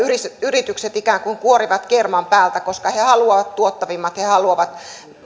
yritykset ikään kuin kuorivat kerman päältä koska ne haluavat tuottavimmat ja